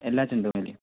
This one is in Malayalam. എല്ലാ ചെണ്ടുമല്ലിയും